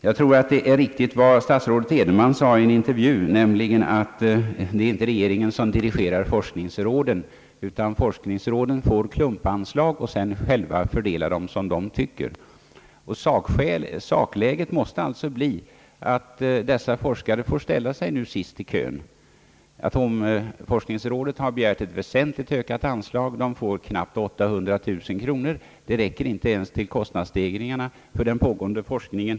Jag tror att det är riktigt som statsrådet Edenman sade i en intervju, nämligen att det inte är regeringen som dirigerar forskningsråden, utan forskningsråden får klumpanslag och fördelar dem som de tycker. Sakläget måste alltså bli att dessa forskare får ställa sig sist i kön. Atomforskningsrådet har begärt ett väsentligt ökat anslag. Det får knappt 800 000 kronor. Det räcker inte ens till kostnadsstegringen för den pågående forskningen.